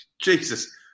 Jesus